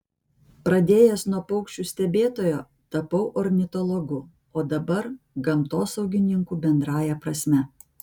pradėjęs nuo paukščių stebėtojo tapau ornitologu o dabar gamtosaugininku bendrąja prasme